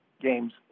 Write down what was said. games